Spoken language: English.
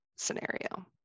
Scenario